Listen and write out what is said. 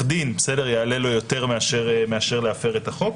דין יעלה לו יותר מאשר להפר את החוק.